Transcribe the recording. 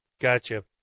Gotcha